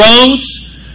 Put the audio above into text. roads